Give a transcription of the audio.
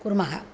कुर्मः